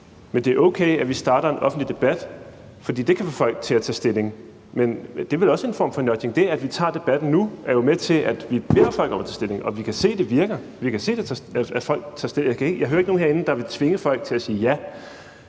Men det er okay, at vi starter en offentlig debat, fordi det kan få folk til at tage stilling. Men det er vel også en form for nudging. Det, at vi tager debatten nu, er jo med til, at vi beder folk om at tage stilling, og vi kan se, at det virker. Jeg hører ikke nogen herinde, der vil tvinge folk til at sige ja.